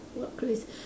what craz~